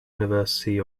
university